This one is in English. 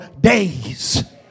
days